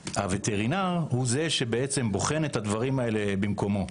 הווטרינר הוא זה שבוחן את הדברים האלה במקום.